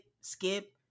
skip